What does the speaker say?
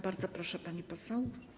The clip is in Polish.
Bardzo proszę, pani poseł.